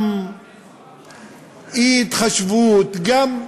גם אי-התחשבות, גם,